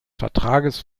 vertrages